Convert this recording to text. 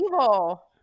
evil